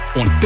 on